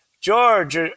George